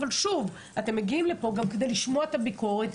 אבל אתם מגיעים לפה גם כדי לשמוע את הביקורת,